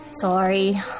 Sorry